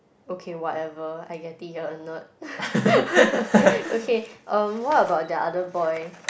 okay whatever I get it you're a nerd okay um what about the other boy